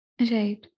Right